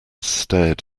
stared